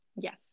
yes